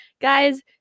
Guys